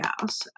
House